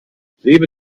lebe